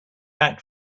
act